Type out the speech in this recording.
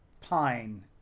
Pine